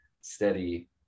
steady